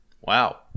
wow